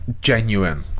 genuine